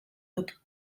dut